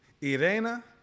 Irena